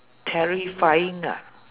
terrifying ah